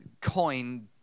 coin